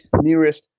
nearest